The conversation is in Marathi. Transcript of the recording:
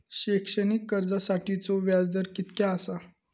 शैक्षणिक कर्जासाठीचो व्याज दर कितक्या आसा?